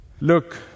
look